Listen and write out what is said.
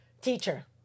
teacher